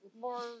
more